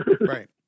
Right